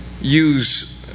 use